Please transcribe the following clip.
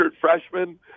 freshman